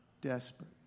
Desperate